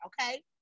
okay